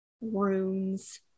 runes